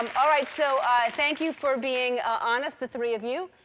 um, all right. so, thank you for being honest the three of you,